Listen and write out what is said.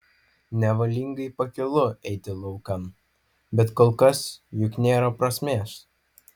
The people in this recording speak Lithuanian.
nevalingai pakylu eiti laukan bet kol kas juk nėra prasmės